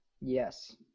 Yes